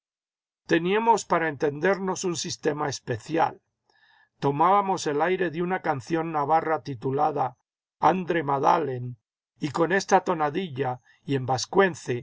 teníamos para entendernos un sistema especial tomábamos el aire de una canción navarra titulada andre madalen y con esta tonadilla y